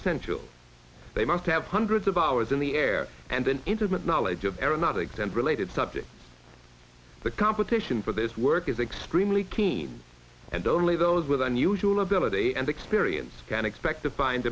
essential they must have hundreds of hours in the air and an intimate knowledge of are not exempt related subjects the competition for this work is extremely keen and only those with unusual ability and experience can expect to find